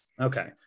Okay